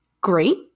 great